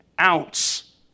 ounce